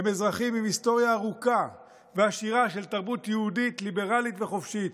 הם אזרחים עם היסטוריה ארוכה ועשירה של תרבות יהודית ליברלית וחופשית.